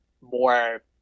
more